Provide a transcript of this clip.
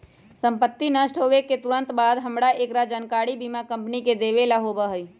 संपत्ति नष्ट होवे के तुरंत बाद हमरा एकरा जानकारी बीमा कंपनी के देवे ला होबा हई